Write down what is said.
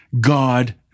God